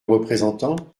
représentant